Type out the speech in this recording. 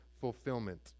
fulfillment